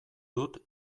dut